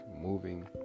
moving